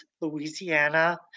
Louisiana